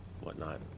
whatnot